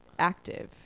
Active